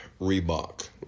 Reebok